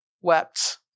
wept